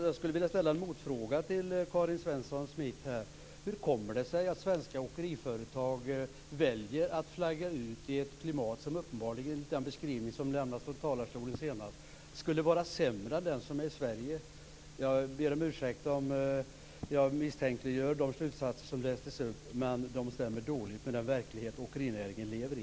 Jag skulle vilja ställa en motfråga till Karin Svensson Smith: Hur kommer det sig att svenska åkeriföretag väljer att flagga ut i ett klimat som, enligt den beskrivning som lämnades från talarstolen nu senast, skulle vara sämre än klimatet i Sverige? Jag ber om ursäkt om jag misstänkliggör de slutsatser som lästes upp. Men de stämmer dåligt överens med den verklighet åkerinäringen lever i.